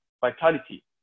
vitality